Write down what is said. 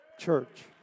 church